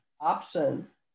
options